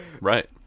right